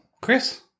Chris